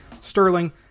Sterling